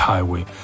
Highway